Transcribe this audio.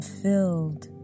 filled